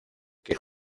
que